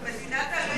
אנחנו מדינת עלייה,